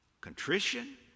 contrition